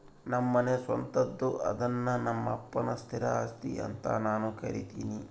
ನಮ್ಮನೆ ಸ್ವಂತದ್ದು ಅದ್ನ ನಮ್ಮಪ್ಪನ ಸ್ಥಿರ ಆಸ್ತಿ ಅಂತ ನಾನು ಕರಿತಿನಿ